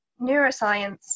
neuroscience